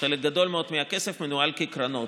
חלק גדול מאוד מהכסף מנוהל כקרנות.